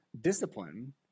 discipline